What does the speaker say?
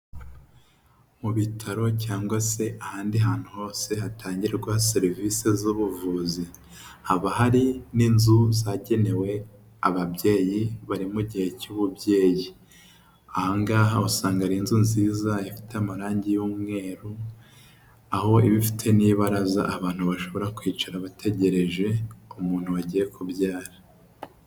Mu bitaro cyangwa se ahandi hantu hose hatangirwa serivisi z'ubuvuzi, haba hari n'inzu zagenewe ababyeyi bari mu gihe cy'ububyeyi, aha ngaha usanga ari inzu nziza ifite amarangi y'umweru, aho iba ifite n'ibaraza abantu bashobora kwicara bategereje umuntu bagiye kubyara.